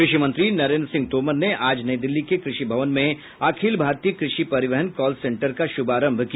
कृषि मंत्री नरेन्द्र सिंह तोमर ने आज नई दिल्ली के कृषि भवन में अखिल भारतीय कृषि परिवहन कॉल सेंटर का शुभारंभ किया